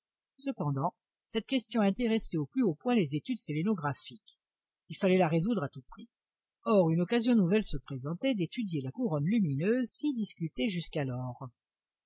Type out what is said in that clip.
cependant cette question intéressait au plus haut point les études sélénographiques il fallait la résoudre à tout prix or une occasion nouvelle se présentait d'étudier la couronne lumineuse si discutée jusqu'alors